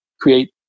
create